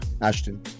Ashton